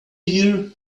year